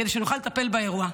כדי שנוכל לטפל באירוע.